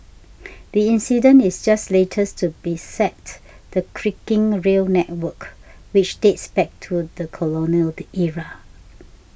the incident is just latest to beset the creaking rail network which dates back to the colonial the era